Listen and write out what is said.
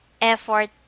effort